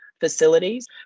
facilities